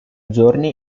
giorni